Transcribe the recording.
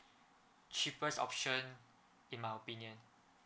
cheapest option in my opinion